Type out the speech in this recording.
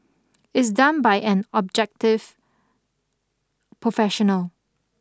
is done by an objective professional